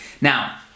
Now